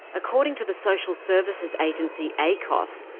according to the social services agency acoss,